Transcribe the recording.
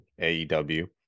aew